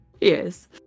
yes